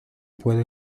puedo